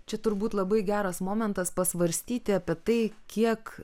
čia turbūt labai geras momentas pasvarstyti apie tai kiek